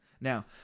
now